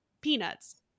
peanuts